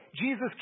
Jesus